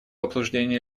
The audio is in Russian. обсуждения